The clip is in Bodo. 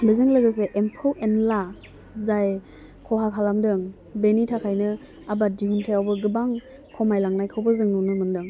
बेजों लोगोसे एम्फौ एनला जाय खहा खालामदों बेनि थाखायनो आबाद दिहुनथायाबो गोबां खमायलांनायखौबो जों नुनो मोनदों